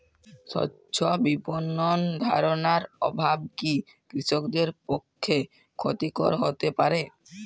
স্বচ্ছ বিপণন ধারণার অভাব কি কৃষকদের পক্ষে ক্ষতিকর হতে পারে?